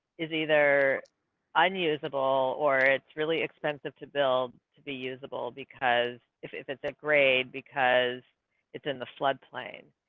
is either unusable, or it's really expensive to build to be usable because if if it's a grade, because it's in the flood plain.